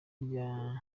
rya